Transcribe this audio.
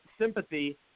sympathy